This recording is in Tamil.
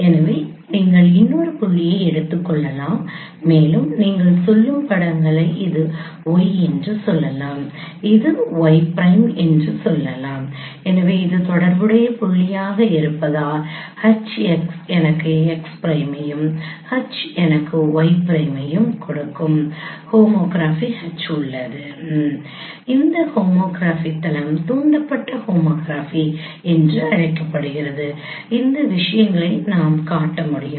எனவே நீங்கள் இன்னொரு புள்ளியை எடுத்துக் கொள்ளலாம் மேலும் நீங்கள் சொல்லும் படங்களை இது y என்று சொல்லலாம் இது y பிரைம் என்று சொல்லலாம் எனவே இது தொடர்புடைய புள்ளி ஆக இருப்பதால் Hx எனக்கு x பிரைமையும் Hy எனக்கு y பிரைமையும் கொடுக்கும் ஹோமோகிராபி H உள்ளது இந்த ஹோமோகிராஃபி தளம் தூண்டப்பட்ட ஹோமோகிராபி என்று அழைக்கப்படுகிறது இந்த விஷயங்களை நாம் காட்ட முடியும்